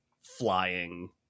flying